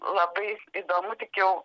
labai įdomu tik jau